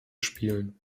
spielen